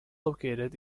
located